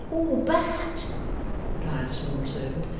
all but replied the small servant.